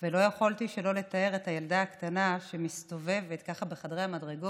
ולא יכולתי שלא לתאר את הילדה הקטנה שמסתובבת ככה בחדרי המדרגות.